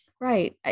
Right